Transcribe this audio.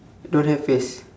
don't have face